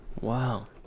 Wow